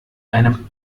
einem